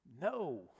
no